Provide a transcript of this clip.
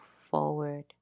forward